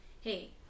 hey